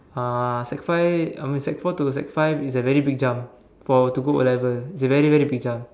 uh sec five I mean sec four to sec five is a very big jump for to go O-level it's a very very big jump